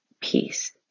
Peace